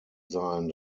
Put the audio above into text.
sein